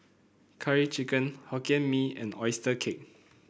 Curry Chicken Hokkien Mee and oyster cake